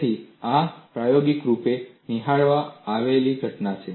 તેથી આ પ્રાયોગિક રૂપે નિહાળવામાં આવેલી ઘટના છે